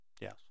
Yes